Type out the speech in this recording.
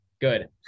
Good